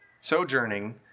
Sojourning